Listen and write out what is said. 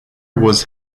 was